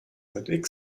mit